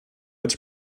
its